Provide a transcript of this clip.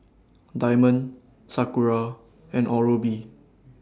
Diamond Sakura and Oral B